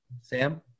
Sam